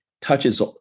touches